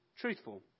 truthful